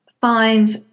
find